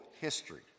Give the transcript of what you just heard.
history